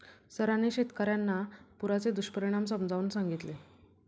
सरांनी शेतकर्यांना पुराचे दुष्परिणाम समजावून सांगितले